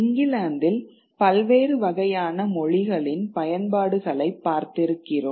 இங்கிலாந்தில் பல்வேறு வகையான மொழிகளின் பயன்பாடுகளைப் பார்த்திருக்கிறோம்